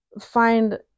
find